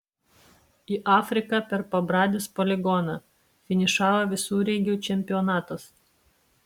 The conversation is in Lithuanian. į afriką per pabradės poligoną finišavo visureigių čempionatas